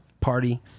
party